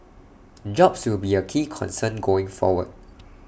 jobs will be A key concern going forward